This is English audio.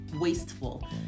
wasteful